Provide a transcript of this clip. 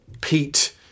Pete